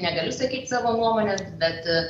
negaliu sakyt savo nuomonės bet